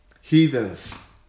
heathens